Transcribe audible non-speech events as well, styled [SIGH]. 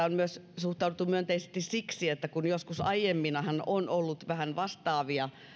[UNINTELLIGIBLE] on myös suhtauduttu myönteisesti siksi että vaikka joskus aiemminhan on ollut vähän vastaavia